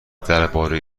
درباره